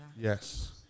Yes